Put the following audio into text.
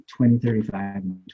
2035